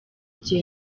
igihe